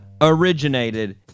originated